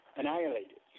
annihilated